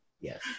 yes